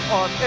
on